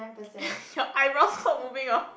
your eyebrows stop moving orh